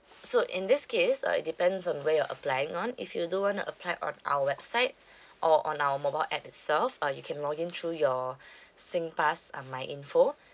so in this case uh it depends on where you're applying on if you don't wanna apply on our website or on our mobile app itself uh you can login through your singpass uh my info